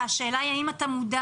השאלה היא האם אתה מודע?